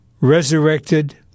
Resurrected